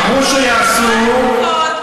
אמרו שיעשו,